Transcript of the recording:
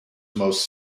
most